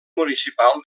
municipal